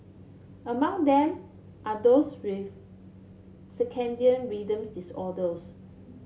among them are those with circadian rhythm disorders